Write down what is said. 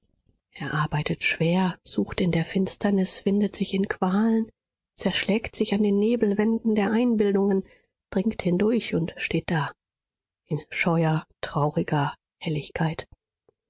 er arbeitet schwer sucht in der finsternis windet sich in qualen zerschlägt sich an den nebelwänden der einbildungen dringt hindurch und steht da in scheuer trauriger helligkeit